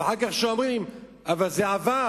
ואחר כך אומרים: אבל זה עבר.